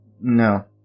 No